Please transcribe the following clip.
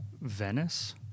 Venice